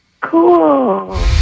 cool